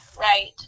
right